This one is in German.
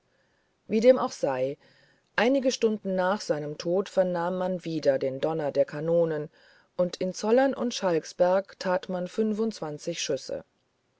wie dem aber auch sei einige stunden nach seinem tod vernahm man wieder den donner der kanonen und in zollern und schalksberg tat man schüsse